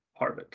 Harvick